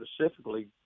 specifically